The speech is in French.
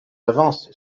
avance